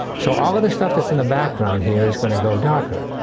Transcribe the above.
so all of this stuff that's in the background here is going to go darker.